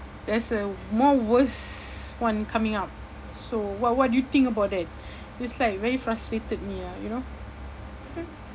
there's a more worse one coming up so what what do you think about that it's like very frustrated me ah you know